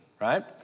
right